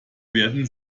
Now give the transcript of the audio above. werden